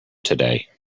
today